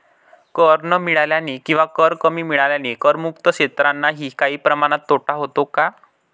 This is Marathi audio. कर न मिळाल्याने किंवा कर कमी मिळाल्याने करमुक्त क्षेत्रांनाही काही प्रमाणात तोटा होतो का?